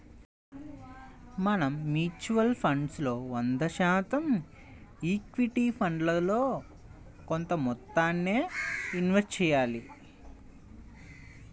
మనం mutual funds లో వంద శాతం ఈక్విటీ ఫండ్లలో కొంత మొత్తాన్నే ఇన్వెస్ట్ చెయ్యాలి